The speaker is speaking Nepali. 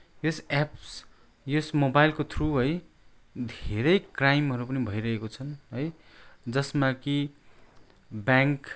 यस एप्स यस मोबाइलको थ्रु है धेरै क्राइमहरू पनि भइरहेको छन् है जसमा कि ब्याङ्क